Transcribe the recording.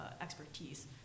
expertise